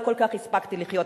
לא כל כך הספקתי לחיות,